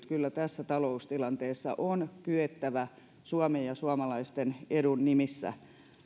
kyllä tässä taloustilanteessa on kyettävä suomen ja suomalaisten edun nimissä